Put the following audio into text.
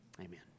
amen